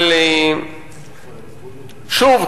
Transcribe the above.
אבל שוב,